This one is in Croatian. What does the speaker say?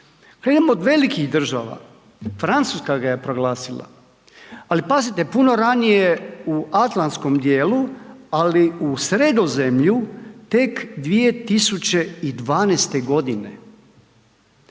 Krenimo od velikih država, Francuska ga je proglasila, ali pazite puno ranije u Atlanskom dijelu, ali u Sredozemlju tek 2012. godine.